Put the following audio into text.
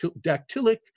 dactylic